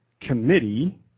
committee